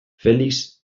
felix